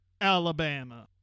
Alabama